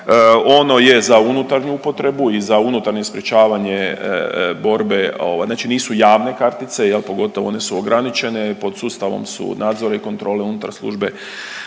Ono je za unutarnju upotrebu i za unutarnje sprječavanje borbe, znači nisu javne kartice jel pogotovo nisu ograničene, pod sustavom su nadzora i kontrole unutar službe